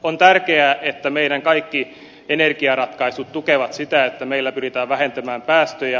on tärkeää että meidän kaikki energiaratkaisumme tukevat sitä että meillä pyritään vähentämään päästöjä